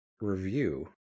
review